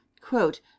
quote